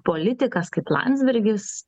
politikas kaip landsbergis